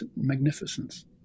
magnificence